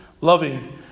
loving